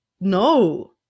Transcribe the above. No